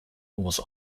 was